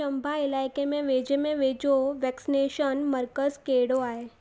चम्बा इलाइक़े में वेझे में वेझो वैक्सनेशन मर्कज़ कहिड़ो आहे